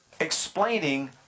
explaining